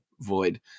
void